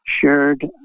shared